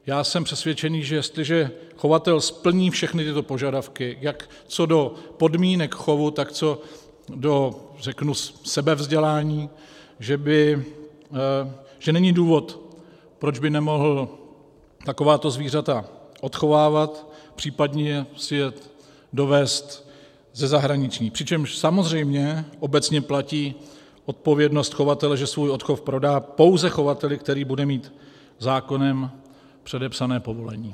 Já jsem přesvědčený, že jestliže chovatel splní všechny tyto požadavky jak co do podmínek chovu, tak co do sebevzdělání, že není důvod, proč by nemohl takováto zvířata odchovávat, případně si je dovézt ze zahraničí, přičemž samozřejmě obecně platí odpovědnost chovatele, že svůj odchov prodá pouze chovateli, který bude mít zákonem předepsané povolení.